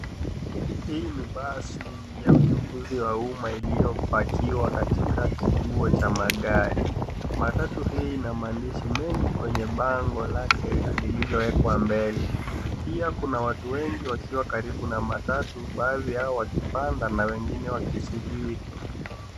Hii ni basi ya uchukuzi wa umma ilyopakiwa katika kituo cha magari. Matatu hii ina maandishi mengi kwenye bango lake lililowekwa mbele. Pia kuna watu wengi wakiwa karibu na matatau baadhi yao wakipanda na wengine wakisubiri.